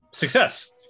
Success